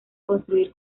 construir